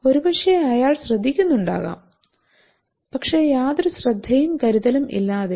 ഒരുപക്ഷേ അയാൾ ശ്രദ്ധിക്കുന്നുണ്ടാകാം പക്ഷേ യാതൊരു ശ്രദ്ധയും കരുതലും ഇല്ലാതെ